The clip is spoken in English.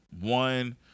One